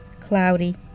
Cloudy